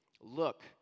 Look